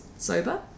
sober